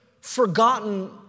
forgotten